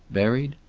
buried?